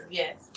yes